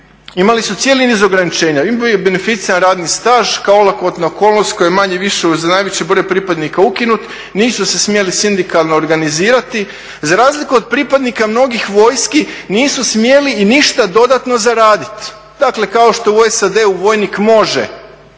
imali su cijeli niz ograničenja. Bonificiran radni staž kao olakotna okolnost koji je manje-više uz najveći broj pripadnika ukinut, nisu se smjeli sindikalno organizirati. Za razliku od pripadnika mnogih vojski, nisu smjeli i ništa dodatno zaraditi. Dakle, kao što u SAD-u vojnik može